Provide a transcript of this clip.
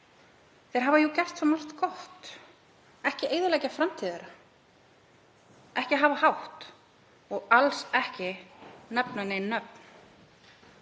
Þeir hafa jú gert svo margt gott. Ekki eyðileggja framtíð þeirra, ekki hafa hátt og alls ekki nefna nein nöfn.